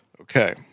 Okay